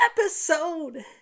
episode